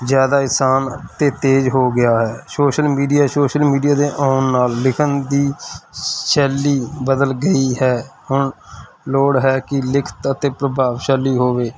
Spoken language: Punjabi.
ਜ਼ਿਆਦਾ ਆਸਾਨ ਅਤੇ ਤੇਜ਼ ਹੋ ਗਿਆ ਹੈ ਸੋਸ਼ਲ ਮੀਡੀਆ ਸੋਸ਼ਲ ਮੀਡੀਆ ਦੇ ਆਉਣ ਨਾਲ ਲਿਖਣ ਦੀ ਸ਼ੈਲੀ ਬਦਲ ਗਈ ਹੈ ਹੁਣ ਲੋੜ ਹੈ ਕਿ ਲਿਖਤ ਅਤੇ ਪ੍ਰਭਾਵਸ਼ਾਲੀ ਹੋਵੇ